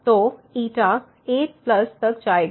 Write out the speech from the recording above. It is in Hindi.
तो a तक जाएगी